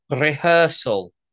rehearsal